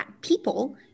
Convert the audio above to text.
people